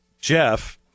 Jeff